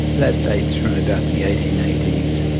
that dates from about the eighteen eighty s.